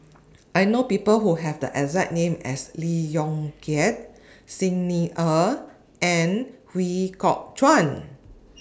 I know People Who Have The exact name as Lee Yong Kiat Xi Ni Er and Ooi Kok Chuen